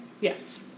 yes